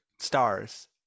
stars